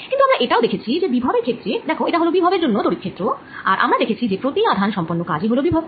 কিন্তু আমরা এটাও দেখেছি যে বিভব এর ক্ষেত্রে দেখ এটা হল বিভব এর জন্য তড়িৎ ক্ষেত্র আর আমরা দেখেছি যে প্রতি আধান সম্পন্ন কাজ হল বিভব